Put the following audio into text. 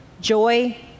joy